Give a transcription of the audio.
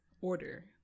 order